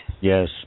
Yes